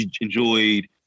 enjoyed